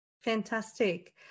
Fantastic